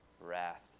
wrath